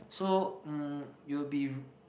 so um you'll be